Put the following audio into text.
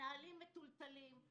למנהלים מטולטלים,